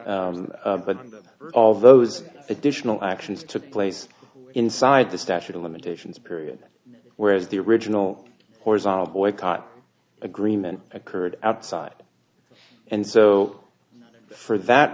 did but all those additional actions took place inside the statute of limitations period whereas the original horizontal boycott agreement occurred outside and so for that